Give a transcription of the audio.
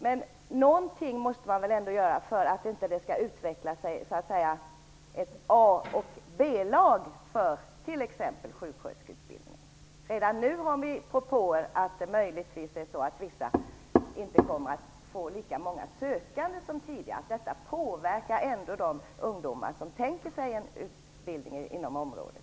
Men någonting måste man väl ändå göra för att det inte skall utvecklas ett A-lag och ett B-lag i t.ex. sjuksköterskeutbildningen. Redan nu finns det propåer om att det möjligtvis är så att vissa inte kommer att få lika många sökande som tidigare, att detta påverkar de ungdomar som tänker sig en utbildning inom området.